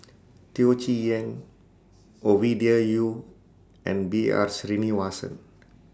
Teo Chee Hean Ovidia Yu and B R Sreenivasan